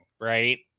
right